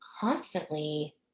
constantly